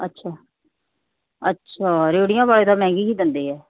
ਅੱਛਾ ਅੱਛਾ ਰੇਹੜੀਆਂ ਵਾਲੇ ਤਾਂ ਮਹਿੰਗੀ ਹੀ ਦਿੰਦੇ ਹੈ